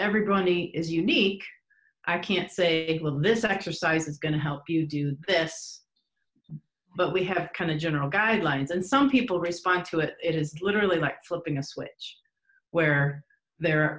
everybody is unique i can't say it will this exercise is going to help you do this but we have kind of general guidelines and some people respond to it it is literally like flipping a switch where the